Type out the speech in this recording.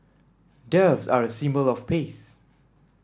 doves are a symbol of peace